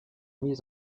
mis